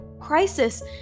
crisis